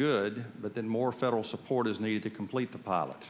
good but then more federal support is needed to complete the pot